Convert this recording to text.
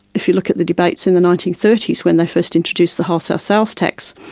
if you look at the debates in the nineteen thirty s, when they first introduced the wholesale sales tax,